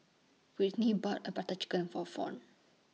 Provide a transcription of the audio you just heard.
Whitney bought A Butter Chicken For Fawn